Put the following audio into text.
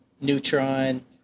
Neutron